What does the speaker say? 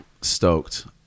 Stoked